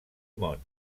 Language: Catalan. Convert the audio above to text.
món